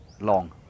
long